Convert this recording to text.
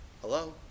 Hello